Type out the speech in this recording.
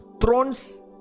Thrones